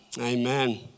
amen